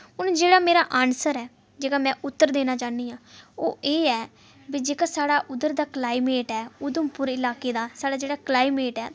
हून जेह्ड़ा मेरा आनसर ऐ जेह्का में उत्तर देना चाहनीं आं ओह् एह् ऐ कि जेह्का साढ़ा उद्धर दा कलाईमेट ऐ उधमपुर इलाके दा साढ़ा जेह्ड़ा कलाईमेट ऐ